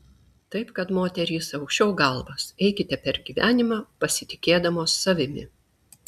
taip kad moterys aukščiau galvas eikite per gyvenimą pasitikėdamos savimi